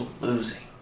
losing